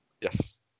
Yes